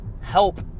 help